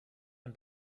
ein